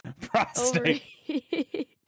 prostate